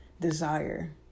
desire